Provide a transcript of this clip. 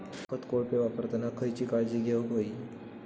खत कोळपे वापरताना खयची काळजी घेऊक व्हयी?